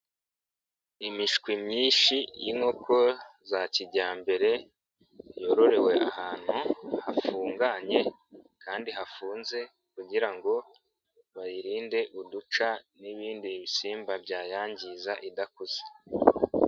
Imishwi myinshi y'inkoko za kijyambere, yororewe ahantu hafunganye kandi hafunze kugira ngo bayirinde uduca n'ibindi bisimba byayangiza idakuze.